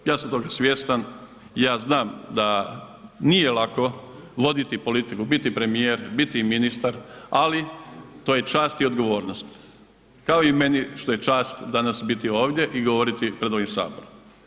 Ja sam toga svjestan i ja znam da nije lako voditi politiku, biti premijer, biti i ministar ali to je čast i odgovornost, kao i meni što je čast danas biti ovdje i govoriti pred ovim Saborom.